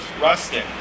Rustin